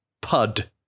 PUD